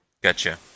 Gotcha